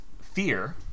Fear